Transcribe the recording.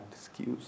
skills